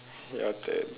your turn